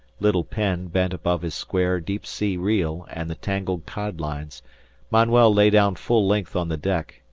little penn bent above his square deep-sea reel and the tangled cod-lines manuel lay down full length on the deck,